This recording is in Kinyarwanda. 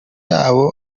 yabo